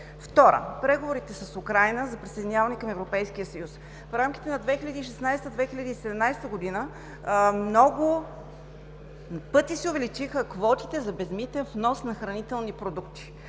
Втора – преговорите с Украйна за присъединяване към Европейския съюз. В рамките на 2016 – 2017 г. много пъти се увеличиха квотите за безмитен внос на хранителни продукти,